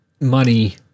Money